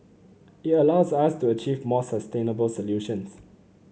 it allows us to achieve more sustainable solutions